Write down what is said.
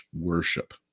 worship